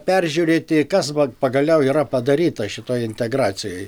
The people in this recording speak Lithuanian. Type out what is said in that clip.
peržiūrėti kas pagaliau yra padaryta šitoj integracijoj